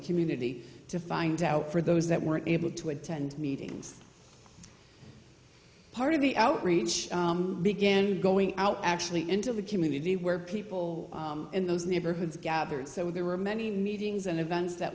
community to find out for those that were able to attend meetings part of the outreach began going out actually into the community where people in those neighborhoods gathered so there were many meetings and events that